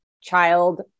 child